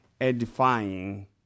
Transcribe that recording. edifying